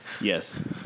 Yes